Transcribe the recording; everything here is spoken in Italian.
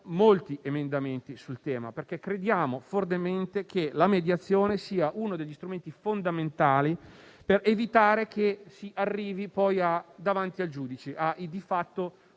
molti emendamenti sul tema, perché crediamo fortemente che la mediazione sia uno degli strumenti fondamentali per evitare che si arrivi, poi, davanti al giudice, occupando